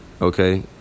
Okay